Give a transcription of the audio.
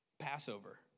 Passover